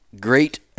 great